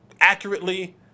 accurately